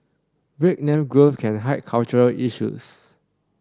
breakneck growth can hide cultural issues